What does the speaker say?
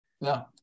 No